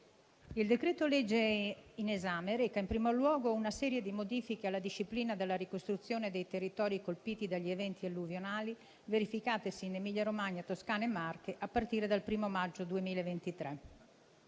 il decreto-legge in esame reca in primo luogo una serie di modifiche alla disciplina della ricostruzione dei territori colpiti dagli eventi alluvionali verificatisi in Emilia-Romagna, Toscana e Marche a partire dal 1° maggio 2023.